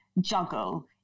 juggle